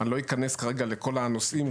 אני לא אכנס כרגע לכל הנושאים,